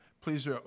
Please